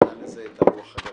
שנתן את רוח הגבית.